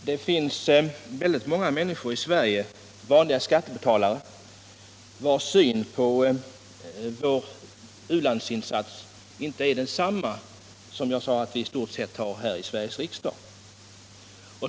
Herr talman! Det finns många människor i Sverige — vanliga skattebetalare — vilkas syn på vår u-landsinsats inte är densamma som jag sade att vi i stort sett har här i Sveriges riksdag.